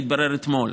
שהתברר אתמול,